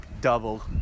Double